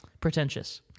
Pretentious